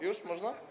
Już można?